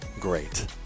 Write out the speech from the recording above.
great